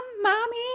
mommy